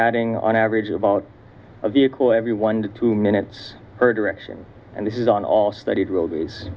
adding on average about a vehicle every one to two minutes per direction and this is on all studied realities